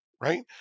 right